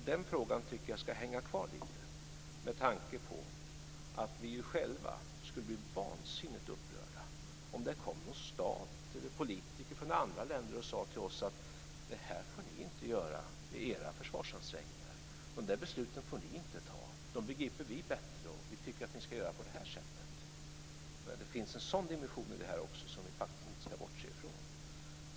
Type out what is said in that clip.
Den frågan tycker jag ska hänga kvar lite med tanke på att vi själva skulle bli vansinnigt upprörda om det kom politiker från andra länder och sade: Det här får ni inte göra i era försvarsansträngningar. De där besluten får ni inte fatta. Vi begriper bättre, och vi tycker att ni ska göra på det här sättet. Det finns en sådan dimension i det hela som vi faktiskt inte ska bortse ifrån.